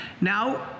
Now